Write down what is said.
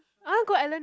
I want go Ellen